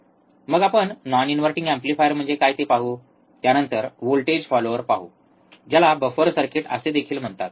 मग आपण non inverting amplifier म्हणजे काय ते पाहू त्यानंतर व्होल्टेज फॉलोअर पाहू ज्याला बफर सर्किट असे देखील म्हणतात